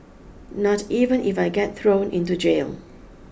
not even if I get thrown into jail